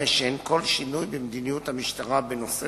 הרי שאין כל שינוי במדיניות המשטרה בנושא